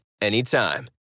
anytime